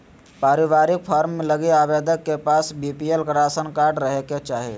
पारिवारिक फार्म लगी आवेदक के पास बीपीएल राशन कार्ड रहे के चाहि